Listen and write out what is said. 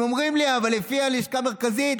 הם אומרים לי: אבל לפי הלשכה המרכזית,